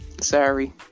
sorry